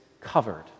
covered